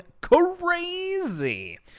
crazy